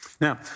Now